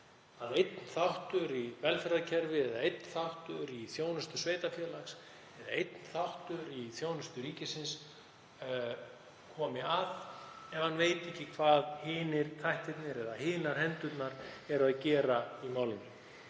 að einn þáttur í velferðarkerfinu eða einn þáttur í þjónustu sveitarfélags eða einn þáttur í þjónustu ríkisins komi að ef hann veit ekki hvað hinir þættirnir eða hinar hendurnar gera í málinu.